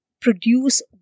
produce